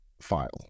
file